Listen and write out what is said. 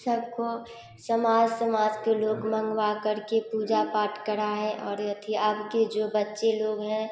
सबको समाज समाज के लोग मँगवा करके पूजा पाठ कराए और अथी अब के जो बच्चे लोग हैं